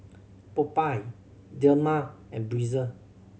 Popeye Dilmah and Breezer